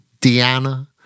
Deanna